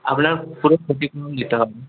আপনার পুরো ক্ষতিপূরণ দিতে হবে